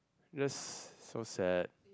just so sad